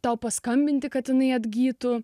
tau paskambinti katinai atgytų